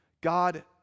God